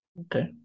Okay